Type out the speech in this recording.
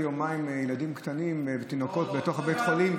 יומיים ילדים קטנים ותינוקות בתוך בית החולים,